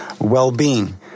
well-being